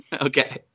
Okay